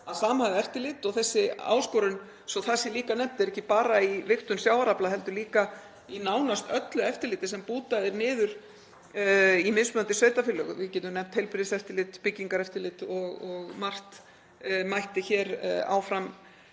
að samhæfa eftirlit og þessi áskorun, svo það sé líka nefnt, er ekki bara í vigtun sjávarafla heldur líka í nánast öllu eftirliti sem bútað er niður í mismunandi sveitarfélögum, við getum nefnt heilbrigðiseftirlit, byggingareftirlit og margt mætti hér áfram